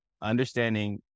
understanding